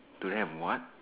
do they have what